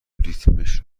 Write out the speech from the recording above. ریتمش